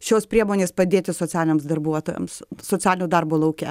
šios priemonės padėti socialiniams darbuotojams socialinio darbo lauke